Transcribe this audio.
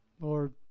Lord